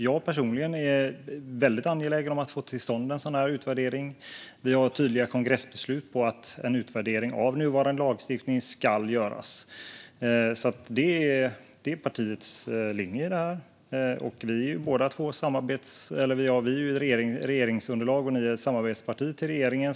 Jag personligen är väldigt angelägen om att få till stånd en sådan utvärdering. Vi har tydliga kongressbeslut på att en utvärdering av nuvarande lagstiftning ska göras. Det är partiets linje i detta. Vi är regeringsunderlag, och ni är ett samarbetsparti till regeringen.